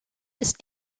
ist